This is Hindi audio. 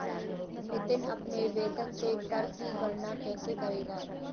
नितिन अपने वेतन से कर की गणना कैसे करेगा?